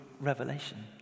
revelation